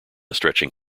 stretching